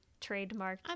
trademarked